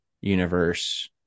universe